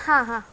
हां हां